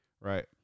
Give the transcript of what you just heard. Right